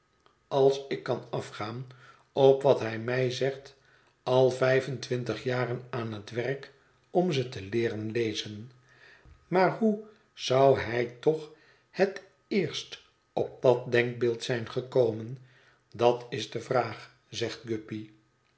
als ik kan afgaan op wat hij mij zegt al vijf en twintig jaren aan het werk om ze te leeren lezen maar hoe zou hij toch het eerst op dat denkbeeld zijn gekomen dat is de vraag zegt